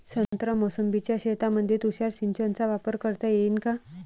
संत्रा मोसंबीच्या शेतामंदी तुषार सिंचनचा वापर करता येईन का?